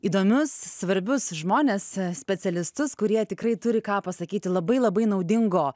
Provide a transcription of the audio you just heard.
įdomius svarbius žmones specialistus kurie tikrai turi ką pasakyti labai labai naudingo